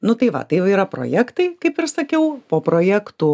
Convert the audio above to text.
nu tai va tai jau yra projektai kaip ir sakiau po projektų